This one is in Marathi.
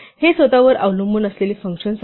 हे स्वतःवर अवलंबून असलेली फंक्शन्स आहे